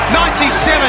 97